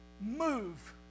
move